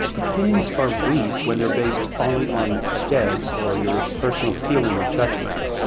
opinions are weak when they're based only on a guess or your personal feeling or judgment.